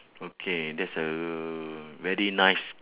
okay that's uh very nice